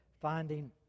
finding